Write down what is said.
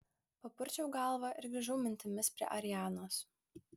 papurčiau galvą ir grįžau mintimis prie arianos